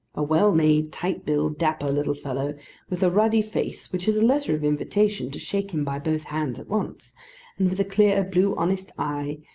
a well-made, tight-built, dapper little fellow with a ruddy face, which is a letter of invitation to shake him by both hands at once and with a clear, blue honest eye,